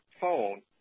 phone